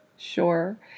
Sure